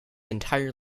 entire